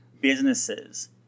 businesses